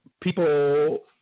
people